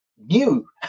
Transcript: new